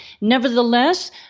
Nevertheless